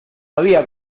había